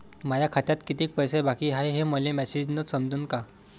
माया खात्यात कितीक पैसे बाकी हाय हे मले मॅसेजन समजनं का?